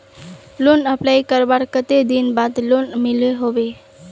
Loan apply करवार कते दिन बाद लोन मिलोहो होबे?